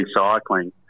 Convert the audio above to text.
recycling